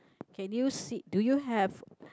okay new seat do you have